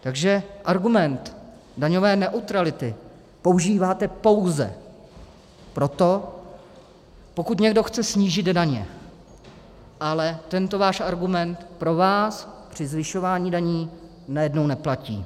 Takže argument daňové neutrality používáte pouze pro to, pokud někdo chce snížit daně, ale tento váš argument pro vás při zvyšování daní najednou neplatí.